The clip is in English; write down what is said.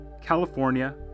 California